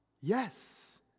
Yes